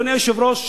אדוני היושב-ראש,